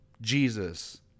Jesus